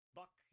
buck